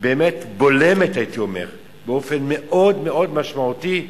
באמת בולם באופן מאוד מאוד משמעותי,